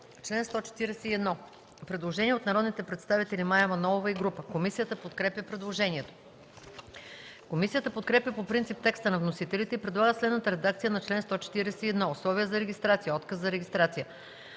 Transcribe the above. чл. 141 има предложение от народните представители Мая Манолова и група. Комисията подкрепя предложението. Комисията подкрепя по принцип текста на вносителите и предлага следната редакция на чл. 141: „Условия за регистрация. Отказ за регистрация